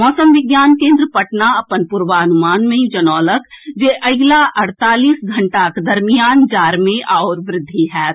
मौसम विज्ञान केन्द्र पटना अपन पूर्वानुमान मे जनौलक जे अगिला अड़तालीस घंटाक दरमियान जाड़ मे आओर वृद्धि होएत